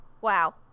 wow